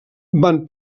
van